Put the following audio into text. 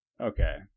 Okay